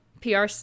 PR